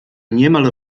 niemal